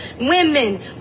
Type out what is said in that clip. women